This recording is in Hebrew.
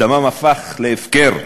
דמם הפך להפקר.